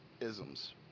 isms